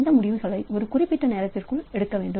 இந்த முடிவுகளை ஒரு குறிப்பிட்ட நேரத்திற்குள் எடுக்க வேண்டும்